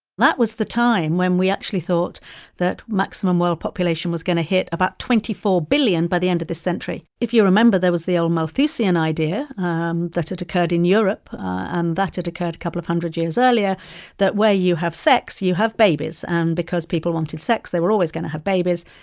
that was the time when we actually thought that maximum world population was going to hit about twenty four billion by the end of the century. if you remember, there was the old malthusian idea um that had occurred in europe and that had occurred a couple of hundred years earlier that where you have sex, you have babies, and because people wanted sex, they were always going to have babies.